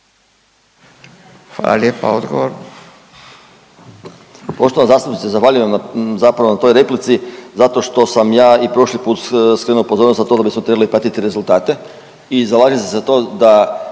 Hvala lijepa. Odgovor.